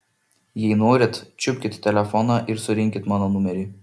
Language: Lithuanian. jei norit čiupkit telefoną ir surinkit mano numerį